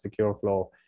SecureFlow